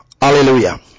Hallelujah